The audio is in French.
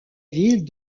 ville